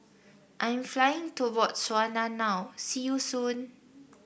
I am flying to Botswana now see you soon